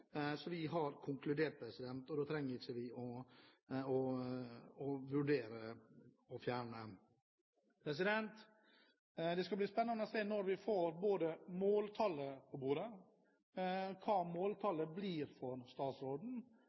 Så vi har konkludert, og da trenger vi ikke å vurdere å fjerne revisjonsplikten. Det skal bli spennende å se når vi får måltallet på bordet, hva måltallet blir for statsråden,